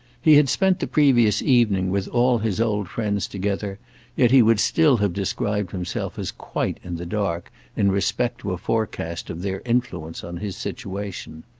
he had spent the previous evening with all his old friends together yet he would still have described himself as quite in the dark in respect to a forecast of their influence on his situation.